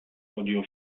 podjął